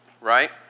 Right